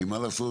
כי מה לעשות,